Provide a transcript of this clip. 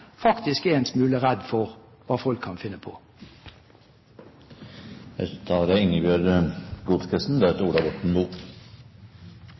faktisk er en smule redd for hva folk kan finne på. Det er viktig at folk flest kan få vise sitt engasjement. Det